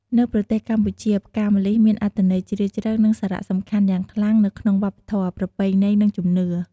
នៅប្រទេសកម្ពុជា ផ្កាម្លិះ មានអត្ថន័យជ្រាលជ្រៅ និងសារៈសំខាន់យ៉ាងខ្លាំងនៅក្នុងវប្បធម៌ ប្រពៃណី និងជំនឿ។